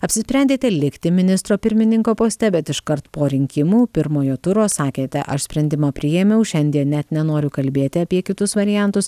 apsisprendėte likti ministro pirmininko poste bet iškart po rinkimų pirmojo turo sakėte aš sprendimą priėmiau šiandien net nenoriu kalbėti apie kitus variantus